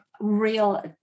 Real